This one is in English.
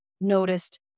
noticed